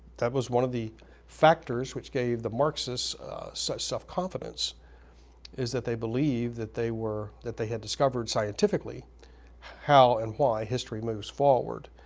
that was one of the factors which gave the marxists such self-confidence is that they believed that they were, that they had discovered scientifically how and why history moves forward.